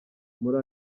muri